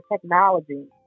technology